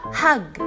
hug